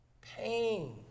pain